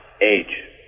age